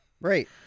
Right